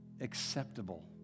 acceptable